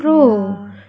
yeah